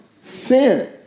sin